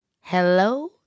hello